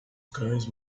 cães